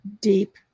deep